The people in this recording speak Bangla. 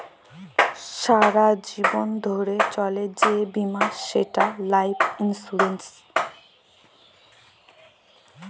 সারা জীবল ধ্যইরে চলে যে বীমা সেট লাইফ ইলসুরেল্স